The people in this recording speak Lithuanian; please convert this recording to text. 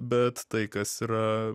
bet tai kas yra